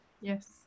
Yes